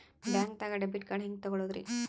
ಬ್ಯಾಂಕ್ದಾಗ debit card ಹೆಂಗ್ ತಗೊಳದ್ರಿ?